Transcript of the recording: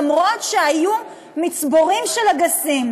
למרות שהיו מצבורים של אגסים.